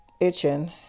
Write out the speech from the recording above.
itching